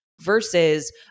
versus